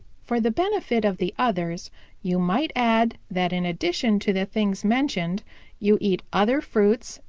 for the benefit of the others you might add that in addition to the things mentioned you eat other fruits,